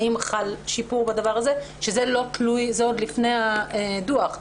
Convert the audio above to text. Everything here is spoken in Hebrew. שזה עוד לפני הדוח,